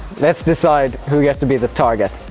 let's decide who gets to be the target!